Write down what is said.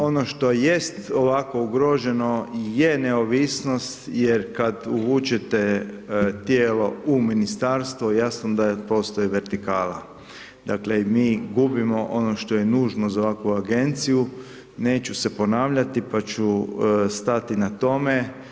Ono što jest ovako ugroženo je neovisnost jer kad uvučete tijelo u ministarstvo, jasno da postoji vertikala, dakle mi gubimo ono što je nužno za ovakvu agenciju, neću se ponavljati pa ću stati na tome.